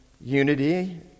unity